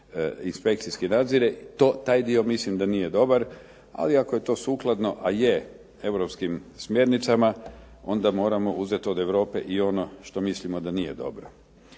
inspekcijski nadzire. Taj dio mislim da nije dobar ali ako je to sukladno a je europskim smjernicama onda moramo uzeti od Europe i ono što mislimo da nije dobro.